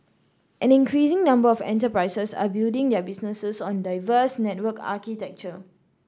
an increasing number of enterprises are building their business on diverse network architecture